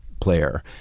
player